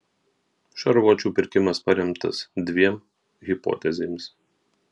šarvuočių pirkimas paremtas dviem hipotezėmis